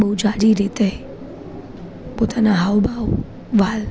બહુ સારી રીતે પોતાના હાવ ભાવ વ્હાલ